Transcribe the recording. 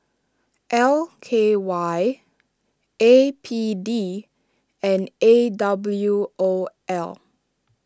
L K Y A P D and A W O L